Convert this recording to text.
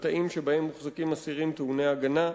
בתאים שבהם מוחזקים אסירים טעוני הגנה.